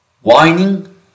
whining